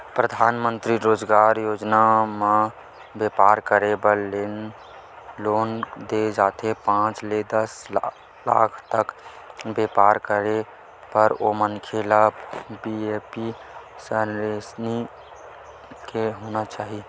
परधानमंतरी रोजगार योजना म बेपार करे बर लोन दे जाथे पांच ले दस लाख तक बेपार करे बर ओ मनखे ल बीपीएल सरेनी के होना चाही